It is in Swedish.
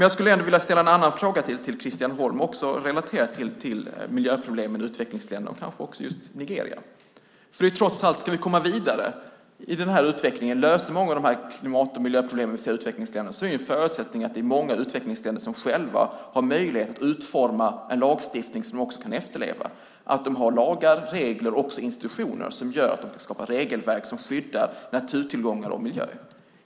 Jag skulle ändå vilja ställa en annan fråga till Christian Holm och relatera till miljöproblemen i utvecklingsländerna - kanske också just i Nigeria. Trots allt är det så: Ska vi komma vidare i den här utvecklingen och lösa många av klimat och miljöproblemen i utvecklingsländerna är förutsättningen att det är många utvecklingsländer som själva har möjlighet att utforma en lagstiftning som de också kan efterleva och att de har lagar, regler och institutioner som gör att de kan skapa regelverk som skyddar naturtillgångar och miljö.